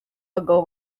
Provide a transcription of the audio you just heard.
bagabo